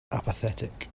apathetic